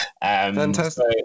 Fantastic